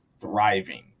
thriving